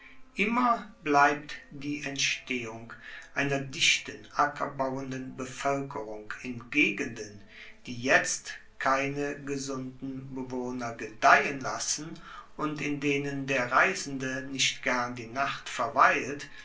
immer bleibt die entstehung einer dichten ackerbauenden bevoelkerung in gegenden die jetzt keine gesunden bewohner gedeihen lassen und in denen der reisende nicht gern die nacht verweilt